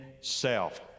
self